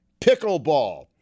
Pickleball